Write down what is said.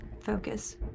focus